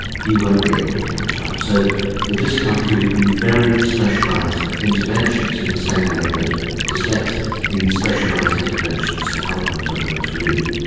he won't be able to catch up. so the dyscalculic needs very specialised interventions in the same way that dyslexics need specialised interventions to help them to learn to read.